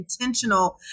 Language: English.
intentional